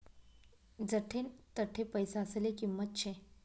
जठे तठे पैसासले किंमत शे